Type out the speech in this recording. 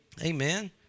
Amen